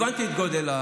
הבנתי את גודל,